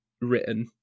written